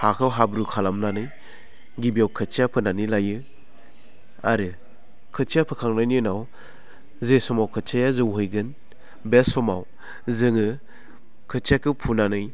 हाखौ हाब्रु खालामनानै गिबियाव खोथिया फोनानै लायो आरो खोथिया फोखांनायनि उनाव जे समाव खोथियाया जौहैगोन बे समाव जोङो खोथियाखौ फुनानै